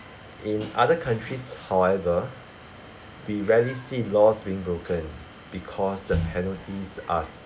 in other countries however we rarely see laws being broken because the penalties are